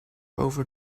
over